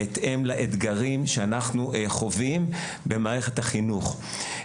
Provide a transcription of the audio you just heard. בהתאם לאתגרים שאנחנו חווים במערכת החינוך.